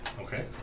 Okay